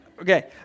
Okay